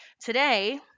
Today